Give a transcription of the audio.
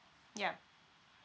yup